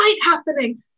happening